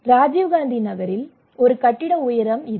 எனவே ராஜீவ் காந்தி நகரில் ஒரு கட்டிட உயரம் இது